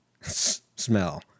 smell